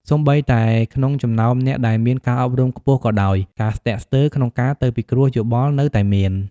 សូម្បីតែក្នុងចំណោមអ្នកដែលមានការអប់រំខ្ពស់ក៏ដោយ ការស្ទាក់ស្ទើរក្នុងការទៅពិគ្រោះយោបល់នៅតែមាន។